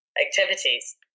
activities